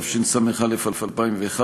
התשס"א 2001,